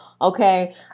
Okay